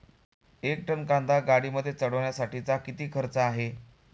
एक टन कांदा गाडीमध्ये चढवण्यासाठीचा किती खर्च आहे?